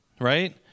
right